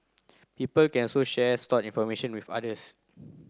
people can so share stored information with others